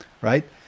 right